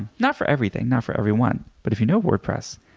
not for everything, not for everyone. but if you know wordpress,